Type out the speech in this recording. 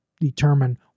determine